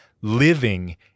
living